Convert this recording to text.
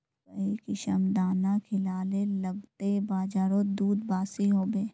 काई किसम दाना खिलाले लगते बजारोत दूध बासी होवे?